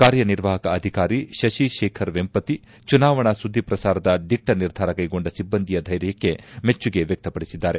ಕಾರ್ಯನಿರ್ವಾಹಕ ಅಧಿಕಾರಿ ಶಶಿ ಶೇಖರ್ ವೆಂಪತಿ ಚುನಾವಣಾ ಸುದ್ದಿಪ್ರಸಾರದ ದಿಟ್ಟ ನಿರ್ಧಾರ ಕೈಗೊಂಡ ಸಿಬ್ಬಂದಿಯ ಧೈರ್ಯಕ್ಕೆ ಮೆಚ್ಚುಗೆ ವ್ವಕ್ತಪಡಿಸಿದ್ದಾರೆ